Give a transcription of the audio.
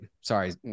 sorry